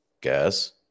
gas